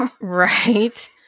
Right